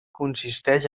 consisteix